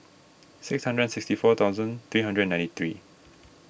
six hundred and sixty four thousand three hundred and ninety three